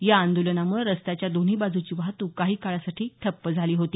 या आंदोलनामुळं रस्त्याच्या दोन्ही बाजूची वाहतूक काही काळासाठी ठप्प झाली होती